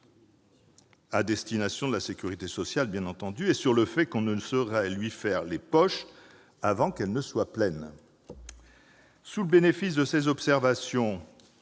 à destination de la sécurité sociale et sur le fait que l'on ne saurait lui « faire les poches » avant qu'elles ne soient pleines ? Sous le bénéfice de ces observations,